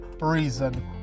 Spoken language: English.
reason